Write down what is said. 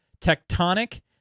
Tectonic